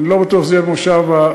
אני לא בטוח שזה יהיה בכנס החורף,